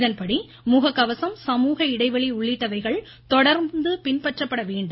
இதன்படி முகக்கவசம் சமூக இடைவெளி உள்ளிட்டவைகள் தொடர்ந்து பின்பற்றப்பட வேண்டும்